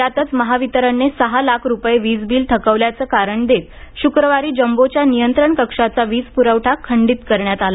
त्यातच महावितरणने सहा लाख रुपये वीज बील थकवल्याचं कारण देत शुक्रवारी जम्बोच्या नियंत्रण कक्षाचा वीज पुरवठा खंडीत करण्यात आला